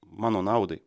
mano naudai